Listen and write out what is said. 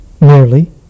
merely